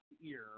ear